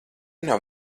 nav